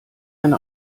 eine